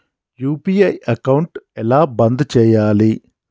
UPI account ఎలా బంద్ చేయాలి?